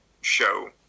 show